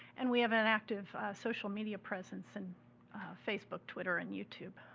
and we have an active social media presence in facebook, twitter and youtube.